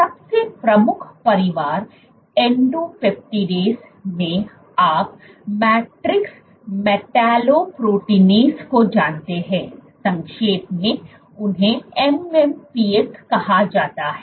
सबसे प्रमुख परिवार एंडोपेप्टिडेज़ में आप मैट्रिक्स मेटालोप्रोटीनस को जानते है संक्षेप में उन्हें MMPs कहा जाता है